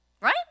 right